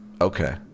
Okay